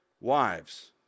wives